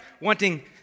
wanting